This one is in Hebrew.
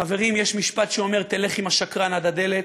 חברים, יש משפט שאומר: תלך עם השקרן עד הדלת.